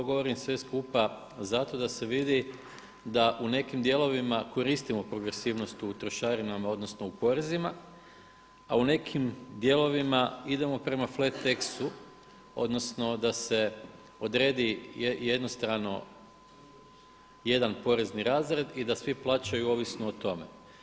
To govorim sve skupa zato da se vidi da u nekim dijelovima koristimo progresivnost u trošarinama odnosno u porezima, a u nekim dijelovima idemo preko fleteksu, odnosno da se odredi jednostrano jedan porezni razred i da svi plaćaju ovisno o tome.